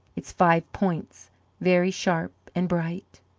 its five points very sharp and bright.